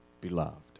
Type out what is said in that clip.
beloved